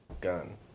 gun